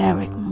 Eric